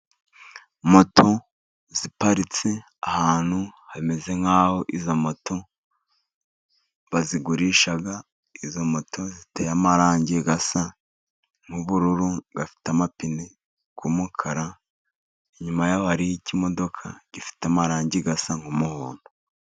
Moto ziparitse ahantu hameze nk'aho izo moto bazigurisha, izo moto ziteye amarangi asa nk'ubururu, afite amapine y'umukara, inyuma yaho hari ikimodoka gifite amarangi asa nk'umuhondo.